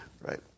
Right